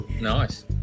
Nice